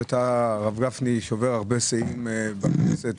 שאתה הרב גפני שובר הרבה שיאים בכנסת,